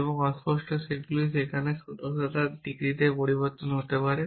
এবং অস্পষ্ট সেটগুলি এমন সেটগুলি যেখানে সদস্যতা ডিগ্রীতে পরিবর্তিত হতে পারে